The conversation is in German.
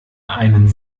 einen